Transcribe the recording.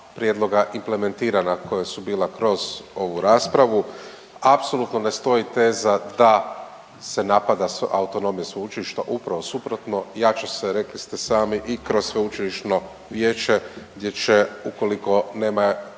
prijedloga implementirana koja su bila kroz ovu raspravu. Apsolutno ne stoji teza da se napada autonomija sveučilišta, upravo suprotno, jača se, rekli ste sami i kroz sveučilišno vijeće gdje će, ukoliko nema